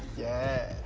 yeah.